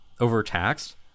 overtaxed